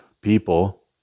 people